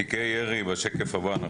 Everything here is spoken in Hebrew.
בשקף הבא,